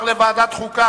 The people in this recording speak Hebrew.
לדיון מוקדם בוועדת החוקה,